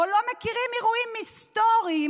או לא מכירים אירועים היסטוריים,